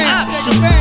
options